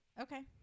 Okay